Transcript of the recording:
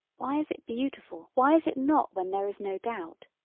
why is it beautiful why is it not when there is no doubt,